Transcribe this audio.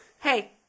Hey